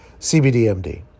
CBDMD